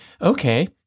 Okay